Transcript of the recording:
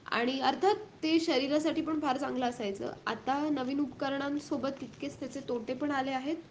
आणि अर्थात ते शरीरासाठी पण फार चांगलं असायचं आता नवीन उपकरणांसोबत तितकेच त्याचे तोटे पण आले आहेत